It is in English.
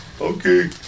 Okay